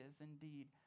indeed